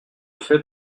fais